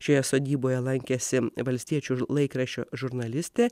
šioje sodyboje lankėsi valstiečių laikraščio žurnalistė